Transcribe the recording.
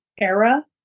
era